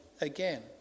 again